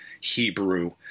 Hebrew